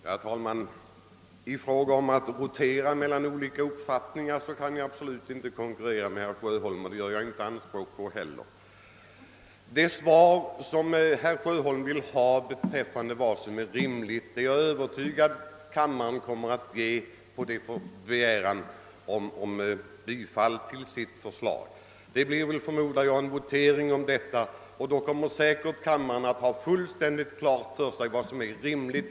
Herr talman! I fråga om att rotera mellan olika uppfattningar kan jag inte konkurrera med herr Sjöholm, och det gör jag heller inte anspråk på. Det svar som herr Sjöholm vill ha på frågan vad som är rimligt är jag övertygad om att kammaren kommer att ge herr Sjöholm när han yrkar bifall till sitt förslag. Det blir, förmodar jag, votering i detta ärende, och då kommer kammarens ledamöter säkerligen att visa att de har fullt klart för sig vad som är rimligt.